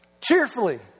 Cheerfully